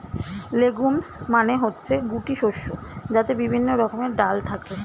legumes মানে হচ্ছে গুটি শস্য যাতে বিভিন্ন রকমের ডাল থাকে